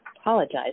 apologize